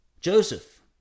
Joseph